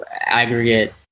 aggregate